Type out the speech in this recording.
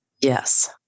Yes